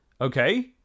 okay